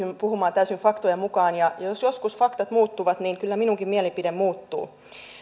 puhumaan täysin faktojen mukaan ja jos joskus faktat muuttuvat niin kyllä minunkin mielipiteeni muuttuu